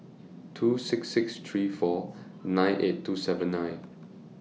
two six six three four nine eight two seven nine